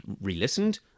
re-listened